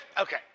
Okay